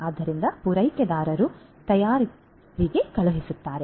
ಆದ್ದರಿಂದ ಪೂರೈಕೆದಾರರು ತಯಾರಕರಿಗೆ ಕಳುಹಿಸುತ್ತಾರೆ